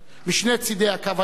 משני צדי "הקו הירוק"